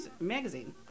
Magazine